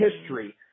history